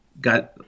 Got